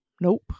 nope